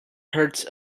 hurts